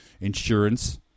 insurance